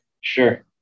Sure